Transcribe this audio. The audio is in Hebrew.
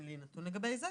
אין לי נתון לגבי זה.